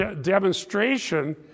demonstration